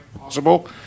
possible